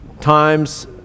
times